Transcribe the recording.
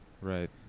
right